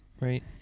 right